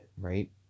right